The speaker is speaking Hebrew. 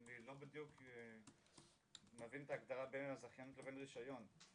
אני לא בדיוק מבין את ההגדרה בין הזכיינות לבין רישיון,